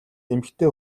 эмэгтэй